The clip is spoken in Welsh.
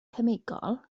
cemegol